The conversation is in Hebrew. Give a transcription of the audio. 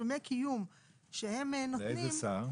תשלומי קיום שהם נותנים --- לאיזה שר?